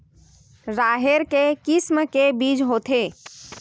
राहेर के किसम के बीज होथे?